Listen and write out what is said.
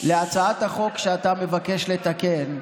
להצעת החוק שאתה מבקש לתקן.